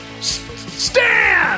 stand